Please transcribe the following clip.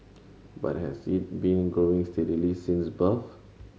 but has it been growing steadily since birth